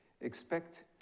expect